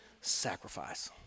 sacrifice